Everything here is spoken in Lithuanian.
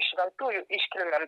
šventųjų iškilmėm